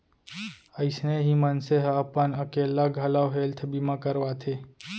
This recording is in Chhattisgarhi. अइसने ही मनसे ह अपन अकेल्ला घलौ हेल्थ बीमा करवाथे